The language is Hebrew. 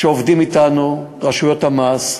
כך עובדים אתנו אנשי רשויות המס,